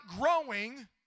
growing